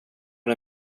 det